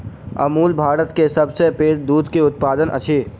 अमूल भारत के सभ सॅ पैघ दूध के उत्पादक अछि